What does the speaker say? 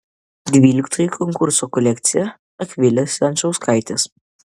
dvyliktoji konkurso kolekcija akvilės jančauskaitės